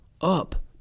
up